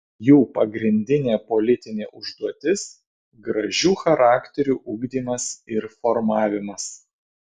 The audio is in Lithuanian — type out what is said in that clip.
jų pagrindinė politinė užduotis gražių charakterių ugdymas ir formavimas